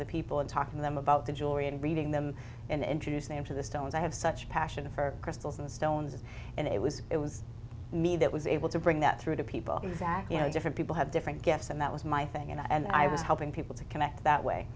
to the people and talking them about the jewelry and reading them and introduce them to the stones i have such passion for crystals and stones and it was it was me that was able to bring that through to people in fact you know different people have different gifts and that was my thing and i was helping people to connect that way